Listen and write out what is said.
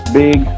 big